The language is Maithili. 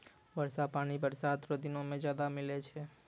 वर्षा पानी बरसात रो दिनो मे ज्यादा मिलै छै